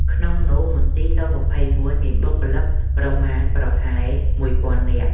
ក្នុងនោះ មន្ទីរស-២១ មានបុគ្គលិកប្រមាណប្រហែល មួយពាន់នាក់។